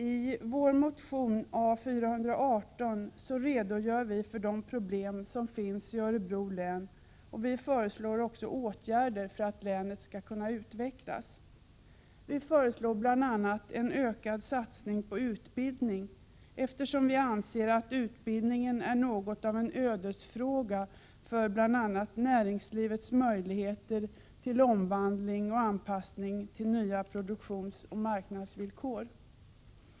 I vår motion A418 redogör vi för de problem som finns i Örebro län, och vi föreslår också åtgärder för att länet skall kunna utvecklas. Vi föreslår bl.a. en ökad satsning på utbildning, eftersom vi anser att utbildningen är något av en ödesfråga för t.ex. näringslivets möjligheter till omvandling och anpassning till nya produktionsoch marknadsvillkor.